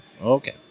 Okay